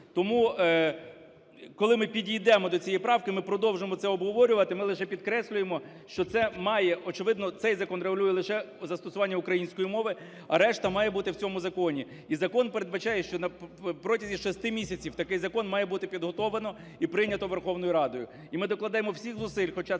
Тому, коли ми підійдемо до цієї правки, ми продовжимо це обговорювати. Ми лише підкреслюємо, що це має, очевидно, цей закон регулює лише застосування української мови, а решта має бути в цьому законі. І закон передбачає, що на протязі 6 місяців такий закон має бути підготовлено і прийнято Верховною Радою. І ми докладемо всіх зусиль, хоча це не робота